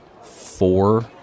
four